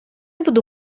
буду